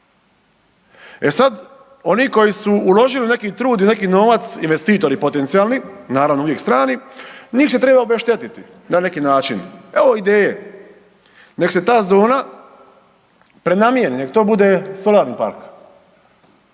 E sad, oni koji su uložili neki trud i neki novac, investitori potencijalni, naravno, uvijek strani, njih se treba obeštetiti na neki način. Evo ideje, nek se ta zona prenamijeni, nek to bude solarni park.